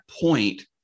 point